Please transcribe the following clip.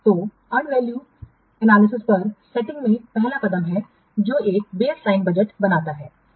तो earn value विश्लेषण पर सेटिंग में पहला कदम है जो एक बेसलाइन बजट बनाता है